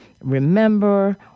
remember